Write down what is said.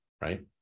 right